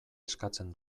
eskatzen